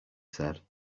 said